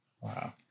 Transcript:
Wow